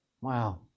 Wow